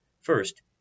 First